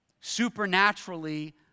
supernaturally